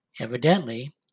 Evidently